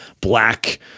black